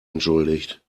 entschuldigt